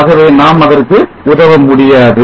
ஆகவே நாம் அதற்கு உதவ முடியாது